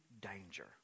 danger